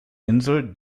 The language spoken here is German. insel